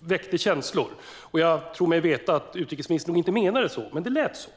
väckte känslor. Jag tror mig veta att utrikesministern nog inte menade så, men det lät så.